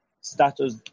status